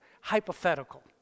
Hypothetical